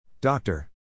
Doctor